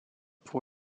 pour